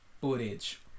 Footage